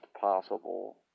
possible